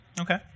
Okay